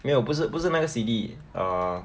没有不是不是那个 C_D err